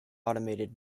automated